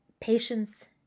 patience